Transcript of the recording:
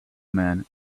man